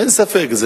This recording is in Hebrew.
אין ספק,